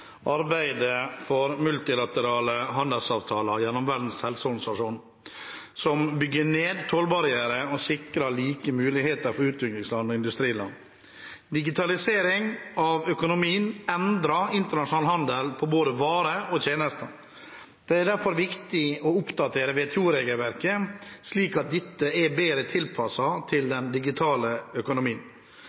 for multilaterale handelsavtaler gjennom Verdens handelsorganisasjon, WTO, som bygger ned tollbarrierer og sikrer like muligheter for utviklingsland og industriland. Digitalisering av økonomien endrer internasjonal handel med både varer og tjenester. Det er derfor viktig å oppdatere WTO-regelverket, slik at dette er bedre tilpasset den digitale økonomien.